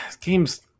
games